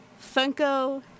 Funko